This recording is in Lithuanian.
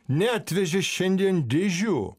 neatvežė šiandien dėžių